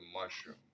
mushroom